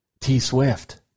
T-Swift